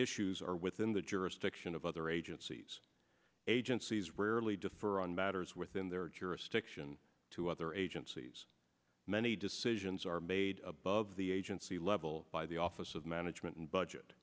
issues are within the jurisdiction of other agencies agencies rarely differ on matters within their jurisdiction to other agencies many decisions are made above the agency level by the office of management and budget